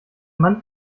mann